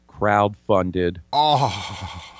crowdfunded